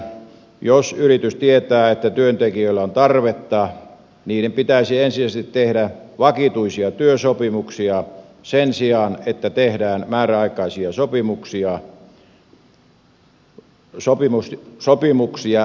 jos yritys tietää että työntekijöille on tarvetta pitäisi ensisijaisesti tehdä vakituisia työsopimuksia sen sijaan että tehdään määräaikaisia sopimuksia määräaikaisten perään